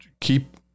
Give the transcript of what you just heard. keep